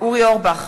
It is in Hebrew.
אורי אורבך,